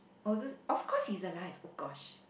oh this of course he's alive of course